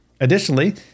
Additionally